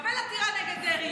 מקבל עתירה נגד דרעי.